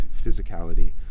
physicality